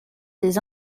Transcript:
des